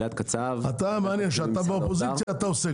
רק כשאתה באופוזיציה אתה עושה,